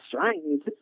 strange